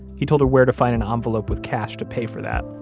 he told her where to find an envelope with cash to pay for that.